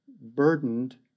burdened